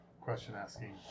question-asking